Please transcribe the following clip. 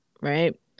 right